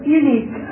unique